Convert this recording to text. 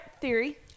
theory